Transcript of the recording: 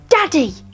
Daddy